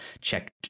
check